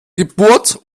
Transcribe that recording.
geburt